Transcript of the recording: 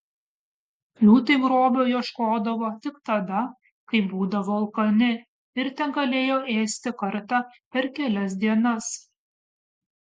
liūtai grobio ieškodavo tik tada kai būdavo alkani ir tegalėjo ėsti kartą per kelias dienas